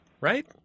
Right